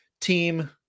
team